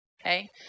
okay